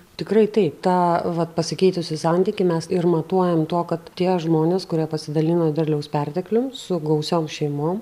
tikrai taip tą vat pasikeitusį santykį mes ir matuojam tuo kad tie žmonės kurie pasidalino derliaus perteklium su gausiom šeimom